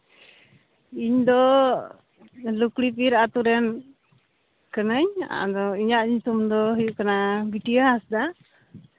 ᱤᱧᱫᱚ ᱞᱩᱠᱲᱤᱯᱤᱨ ᱟᱹᱛᱩ ᱨᱮᱱ ᱠᱟᱹᱱᱟᱹᱧ ᱟᱫᱚ ᱤᱧᱟᱹᱜ ᱧᱩᱛᱩᱢ ᱫᱚ ᱦᱩᱭᱩᱜ ᱠᱟᱱᱟ ᱵᱤᱴᱤ ᱦᱟᱸᱥᱫᱟ